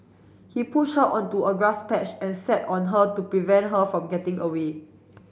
he pushed her onto a grass patch and sat on her to prevent her from getting away